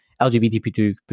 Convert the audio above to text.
LGBTQ